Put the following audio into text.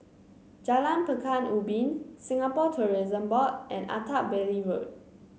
Jalan Pekan Ubin Singapore Tourism Board and Attap Valley Road